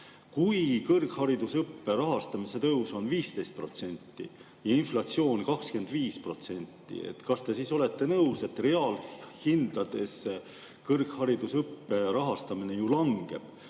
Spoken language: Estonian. Kui kõrgharidusõppe rahastamise tõus on 15% ja inflatsioon 25%, kas te siis olete nõus, et reaalhindades kõrgharidusõppe rahastamine langeb